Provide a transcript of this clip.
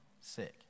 sick